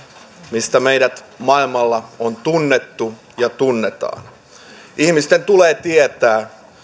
mistä meidät maailmalla on tunnettu ja tunnetaan ihmisten tulee tietää